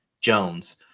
Jones